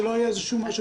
שלא יהיה איזשהו משהו.